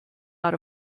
out